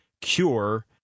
cure –